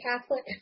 Catholic